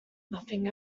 nothing